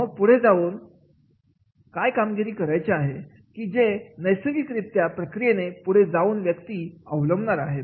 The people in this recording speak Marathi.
मग पुढे जाऊन काय कामगिरी करायचे आहे की जी नैसर्गिक प्रक्रियेने पुढे जाऊन व्यक्ती अवलंबणार आहेत